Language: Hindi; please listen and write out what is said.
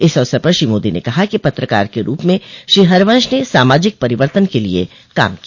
इस अवसर पर श्री मोदी ने कहा कि पत्रकार के रूप में श्री हरिवंश ने सामाजिक परिवर्तन के लिए काम किया